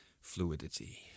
fluidity